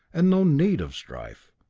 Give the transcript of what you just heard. and no need of strife.